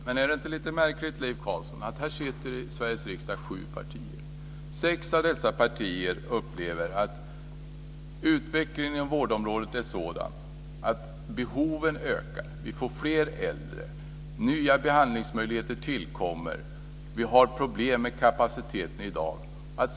Fru talman! Men det är lite märkligt, Leif Carlson. Det sitter sju partier i Sveriges riksdag. Sex av dessa partier upplever att utvecklingen inom vårdområdet är sådan att behoven ökar, vi får fler äldre, nya behandlingsmöjligheter tillkommer, vi har problem med kapaciteten i dag.